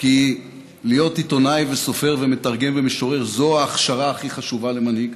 כי להיות עיתונאי וסופר ומתרגם ומשורר זה ההכשרה הכי חשובה למנהיג.